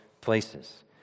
places